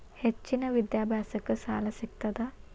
ಹೆಚ್ಚಿನ ವಿದ್ಯಾಭ್ಯಾಸಕ್ಕ ಸಾಲಾ ಸಿಗ್ತದಾ?